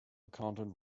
accountant